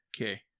Okay